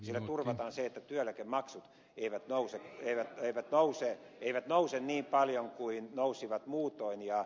sillä turvataan se että työeläkemaksut eivät nouse enää eivät nouse eivät nouse niin paljon kuin nousisivat muutoin